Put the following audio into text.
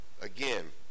again